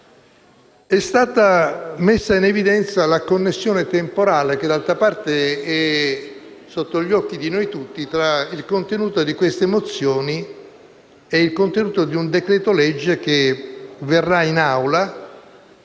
È stata messa in evidenza la connessione temporale, che, d'altra parte, è sotto gli occhi di noi tutti, tra il contenuto di queste mozioni e quello di un decreto-legge che verrà all'esame